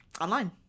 online